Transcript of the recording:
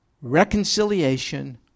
reconciliation